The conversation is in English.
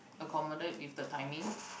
accommodate with the timing